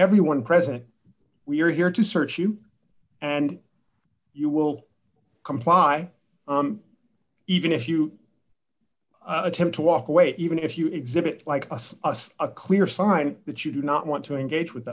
everyone present we are here to search you and you will comply even if you attempt to walk away even if you exhibit like us a clear sign that you do not want to engage with